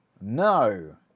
no